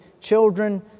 children